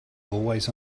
always